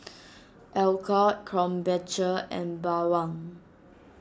Alcott Krombacher and Bawang